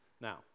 Now